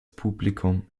publikum